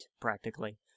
practically